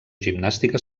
gimnàstica